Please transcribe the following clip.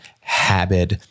habit